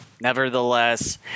nevertheless